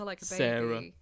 Sarah